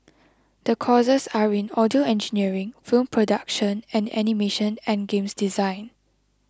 the courses are in audio engineering film production and animation and games design